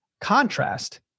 contrast